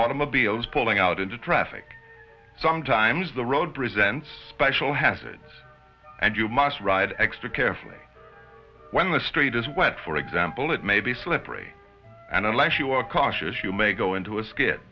automobiles pulling out into traffic sometimes the road presents special hazards and you must ride extra carefully when the street is wet for example it may be slippery and unless you are cautious you may go into a scare